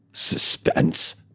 suspense